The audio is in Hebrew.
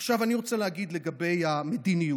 עכשיו, אני רוצה להגיד לגבי המדיניות.